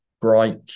bright